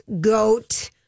goat